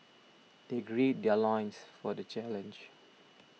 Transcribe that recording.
they gird their loins for the challenge